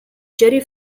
jerry